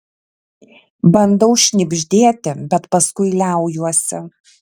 bandau šnibždėti bet paskui liaujuosi